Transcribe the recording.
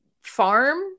farm